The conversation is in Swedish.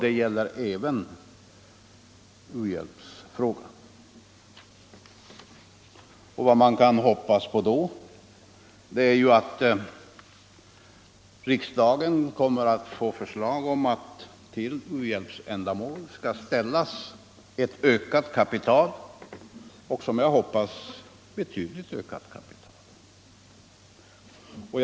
Det gäller även u-hjälpsfrågan. Vad man kan hoppas på då är att riksdagen kommer att få förslag om att till u-hjälpsändamål skall ställas till förfogande ett ökat kapital, och som jag hoppas ett betydligt ökat kapital.